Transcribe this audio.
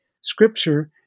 scripture